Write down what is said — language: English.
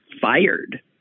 fired